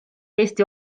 eesti